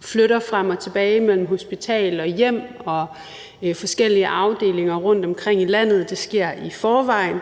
flytter frem og tilbage mellem hospital og hjem og mellem forskellige afdelinger rundtomkring i landet. Det sker i forvejen.